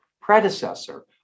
predecessor